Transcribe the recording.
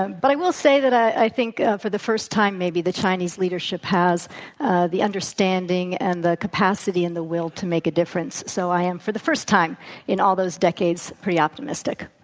and but i will say that i think, for the first time maybe, the chinese leadership has the understanding and the capacity and the will to make a difference. so i am, for the first time in all those decades, pretty optimistic.